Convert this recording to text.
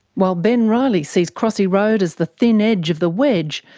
while ben riley sees crossy road as the thin edge of the wedge,